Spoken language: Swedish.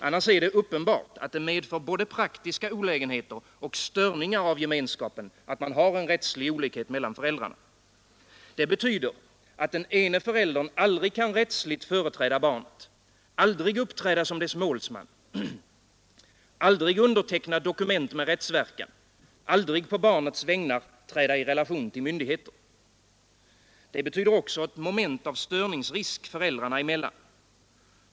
Annars är det uppenbart att det medför både praktiska olägenheter och störningar av gemenskapen att man har rättslig olikhet mellan föräldrarna. Det betyder att den ena föräldern aldrig kan rättsligt företräda barnet, aldrig uppträda som dess målsman, aldrig underteckna dokument med rättsverkan, aldrig på barnets vägnar träda i relation till myndigheter. Det betyder också ett moment av störningsrisk föräldrarna emellan.